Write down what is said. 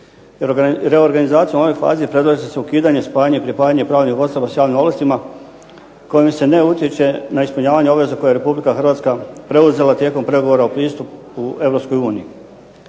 Reorganizacijom u ovoj fazi predlaže se ukidanje, spajanje, pripajanje pravnih osoba s javnim ovlastima kojim se ne utječe na ispunjavanje obveza koje je Republika Hrvatska preuzela tijekom pregovora o pristupu